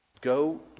Go